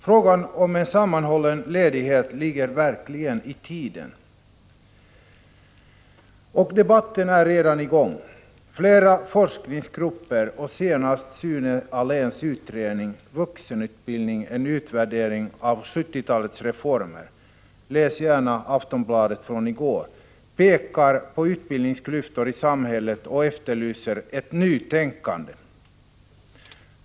Frågan om en sammanhållen ledighet ligger verkligen i tiden, och debatten är redan i gång. Flera forskningsgruppers resultat och senast Sune Ahléns utredning ”Vuxenutbildning — en utvärdering av 70-talets reformer” — läs gärna det som står härom i gårdagens nummer av Aftonbladet — pekar på utbildningsklyftor i samhället, och man efterlyser ett nytänkande.